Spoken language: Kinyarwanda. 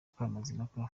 mukamazimpaka